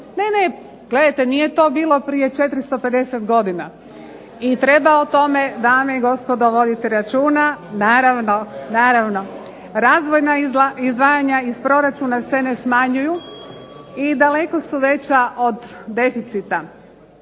tome, gledajte nije to bilo prije 450 godina i treba o tome, dame i gospodo, voditi računa. Naravno, razvojna izdvajanja iz proračuna se ne smanjuju i daleko su veća od deficita.